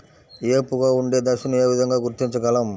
ఏపుగా ఉండే దశను ఏ విధంగా గుర్తించగలం?